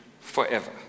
forever